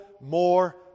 more